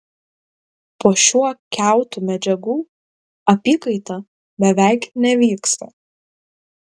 po šiuo kiautu medžiagų apykaita beveik nevyksta